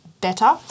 better